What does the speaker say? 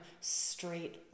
straight